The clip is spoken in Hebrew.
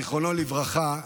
זיכרונו לברכה,